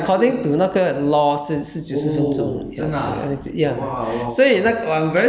没有没有你进去了只能够呆九十分钟 according to 那个 law 是是九十分钟 yeah 只能 like yeah